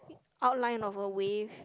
outline of a wave